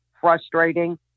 frustrating